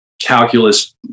calculus